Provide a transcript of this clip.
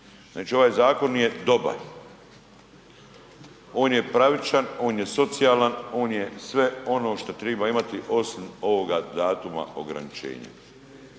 Znači ovaj zakon je dobar, on je pravičan, on je socijalan, on je sve ono šta triba imati osim ovoga datuma ograničenja.